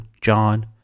John